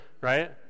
right